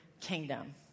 kingdom